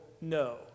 no